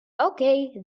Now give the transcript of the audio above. okay